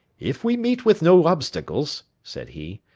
if we meet with no obstacles, said he,